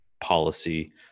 policy